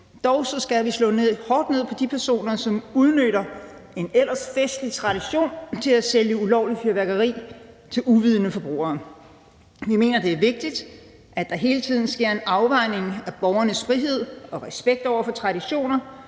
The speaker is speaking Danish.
Dog skal vi slå hårdt ned på de personer, som udnytter en ellers festlig tradition til at sælge ulovligt fyrværkeri til uvidende forbrugere. Vi mener, at det er vigtigt, at der hele tiden sker en afvejning af borgernes frihed og respekt over for traditioner,